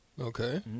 Okay